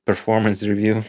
performans reviu